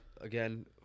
again